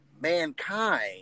mankind